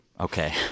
Okay